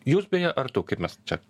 jūs beje ar tu kaip mes čia